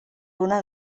una